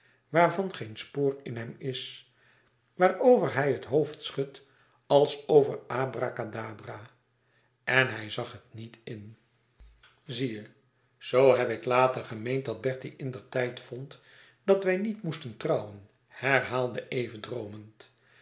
waarvan geen spoor in hem is waarover hij het hoofd schudt als over abracadabra en hij zag het niet in zie je zoo heb ik later gemeend dat bertie indertijd vond dat wij niet moesten trouwen herhaalde eve droomend